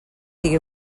digui